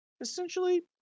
essentially